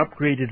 Upgraded